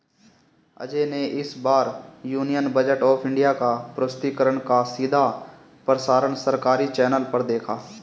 अजय ने इस बार यूनियन बजट ऑफ़ इंडिया का प्रस्तुतिकरण का सीधा प्रसारण सरकारी चैनल पर देखा